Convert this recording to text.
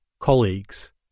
Colleagues